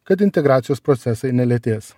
kad integracijos procesai nelėtės